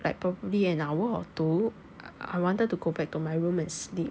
like probably an hour or two I wanted to go back to my room and sleep